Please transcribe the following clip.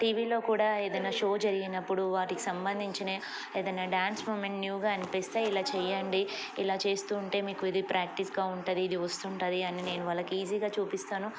టీవీలో కూడా ఏదైన్నా షో జరిగినప్పుడు వాటికి సంబంధించిన ఏదైన్నా డ్యాన్స్ మూమెంట్ న్యూగా అనిపిస్తే ఇలా చేయండి ఇలా చేస్తూంటే మీకు ఇది ప్రాక్టీస్గా ఉంటుంది ఇది వస్తుంటుంది అని నేను వాళ్ళకి ఈజీగా చూపిస్తాను